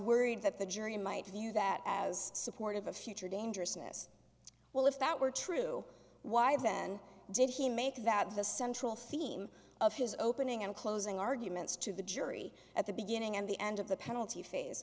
worried that the jury might view that as supportive of future dangerousness well if that were true why then did he make that the central theme of his opening and closing arguments to the jury at the beginning and the end of the penalty phase